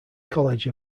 college